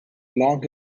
long